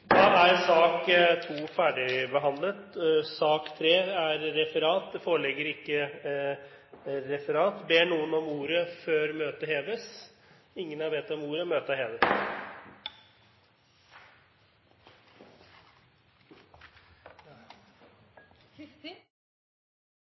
Da er sak nr. 2 ferdigbehandlet. Det foreligger ikke noe referat. Ber noen om ordet før møtet heves? – Møtet er